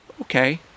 okay